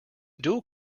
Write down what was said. dual